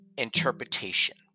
interpretation